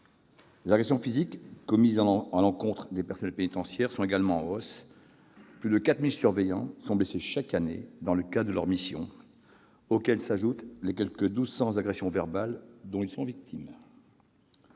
Les agressions physiques commises à l'encontre des personnels pénitentiaires sont également en hausse : plus de 4 000 surveillants sont blessés chaque année dans le cadre de leurs missions. Il faut ajouter à ce chiffre les quelque 12 000 agressions verbales dont ils sont victimes.